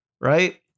right